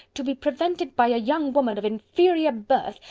to be prevented by a young woman of inferior birth,